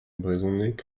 brezhoneg